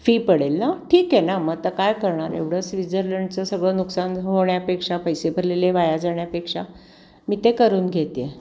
fee पडेल ना ठीक आहे ना मग आता काय करणार एवढं स्विडझरलंडचं सगळं नुकसान होण्यापेक्षा पैसे भरलेले वाया जाण्यापेक्षा मी ते करून घेते